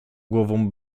głową